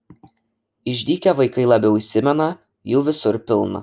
išdykę vaikai labiau įsimena jų visur pilna